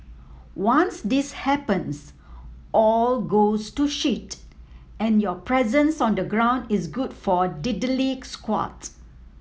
once this happens all goes to shit and your presence on the ground is good for diddly squat